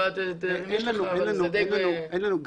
אין לנו,